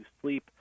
sleep